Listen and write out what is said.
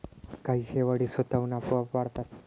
काही शेवाळी स्वतःहून आपोआप वाढतात